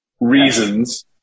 reasons